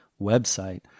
website